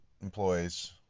employees